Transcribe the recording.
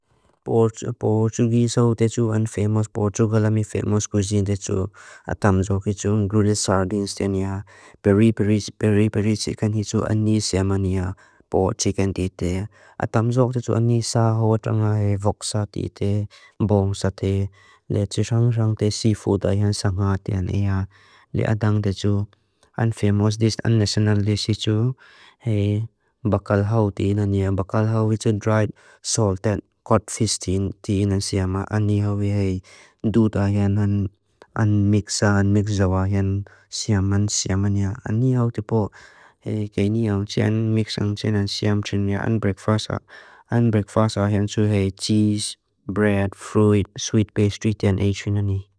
Portugalani famous cuisine. Grilled sardines. Peri peri chicken. Voxa. Seafood. Unfamous dish. Bacalhau. Dried salted cod fish. Unmix. Unbreakfast. Cheese, bread, fruit, sweet paste.